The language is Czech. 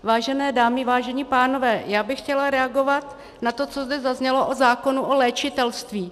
Vážené dámy, vážení pánové, já bych chtěla reagovat na to, co zde zaznělo o zákonu o léčitelství.